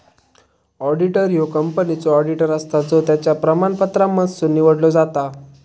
auditor ह्यो कंपनीचो auditor असता जो त्याच्या प्रमाणपत्रांमधसुन निवडलो जाता